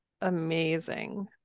amazing